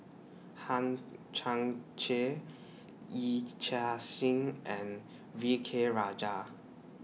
Hang Chang Chieh Yee Chia Hsing and V K Rajah